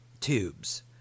tubes